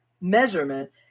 measurement